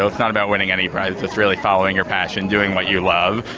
know, it's not about winning any prizes, it's really following your passion, doing what you love,